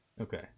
okay